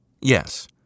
Yes